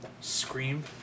scream